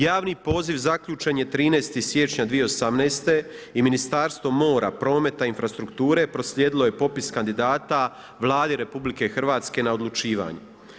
Javni poziv zaključen je 13. siječnja 2018. i Ministarstvo mora, prometa i infrastrukture proslijedilo je popis kandidata Vladi RH na odlučivanje.